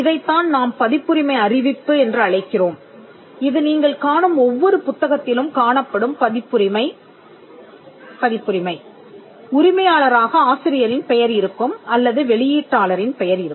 இதைத்தான் நாம் பதிப்புரிமை அறிவிப்பு என்று அழைக்கிறோம் இது நீங்கள் காணும் ஒவ்வொரு புத்தகத்திலும் காணப்படும் பதிப்புரிமை உரிமையாளராக ஆசிரியரின் பெயர் இருக்கும் அல்லது வெளியீட்டாளரின் பெயர் இருக்கும்